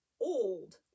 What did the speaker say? old